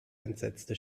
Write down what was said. entsetzte